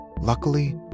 Luckily